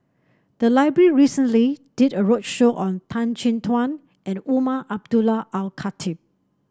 the library recently did a roadshow on Tan Chin Tuan and Umar Abdullah Al Khatib